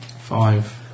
Five